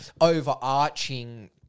overarching